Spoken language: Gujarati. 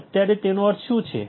અત્યારે તેનો અર્થ શું છે